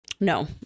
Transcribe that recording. no